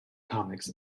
comics